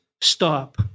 stop